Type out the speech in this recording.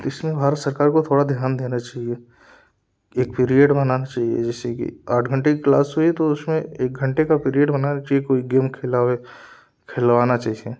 इसमें भारत सरकार को थोड़ा ध्यान देना चाहिए एक पीरियड बनाना चाहिए जैसे की आठ घंटे की क्लास हुई तो उसमे एक घंटे का पीरियड होना चाहिए कोई गेम खेलावे खिलवाना चाहिए